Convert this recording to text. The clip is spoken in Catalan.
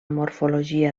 morfologia